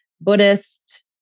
Buddhist